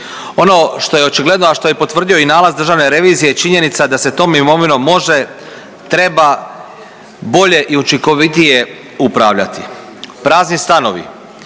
Ono što je očigledno, a što je potvrdio i nalaz Državne revizije je činjenica da se tom imovinom može, treba bolje i učinkovitije upravljati. Prazni stanovi